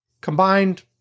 combined